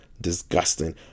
Disgusting